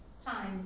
time